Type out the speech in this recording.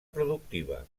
productiva